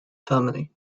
family